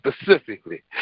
specifically